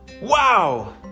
Wow